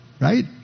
Right